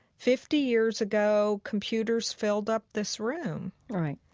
fifty years ago, computers filled up this room right